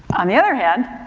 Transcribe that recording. on the other hand,